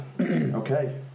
okay